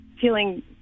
feeling